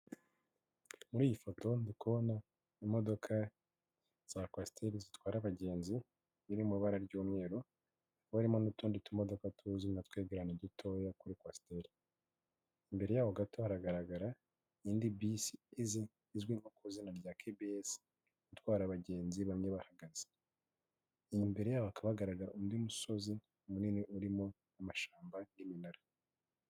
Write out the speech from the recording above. Muri iyi foto ndi kubona imodoka za kwasiteri zitwara abagenzi, iri mu ibara ry'umweru, hakaba harimo n'utundi tumodoka tuzwi nka twegerane dutoya kuri kwasiteri, imbere yaho gato haragaragara indi bisi izi izwi nko ku izina rya kebiyesi, itwara abagenzi bamwe bahagaze, imbere yabo hakaba hagaragara undi musozi munini urimo amashamba y'iminara.